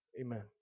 Amen